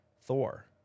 Thor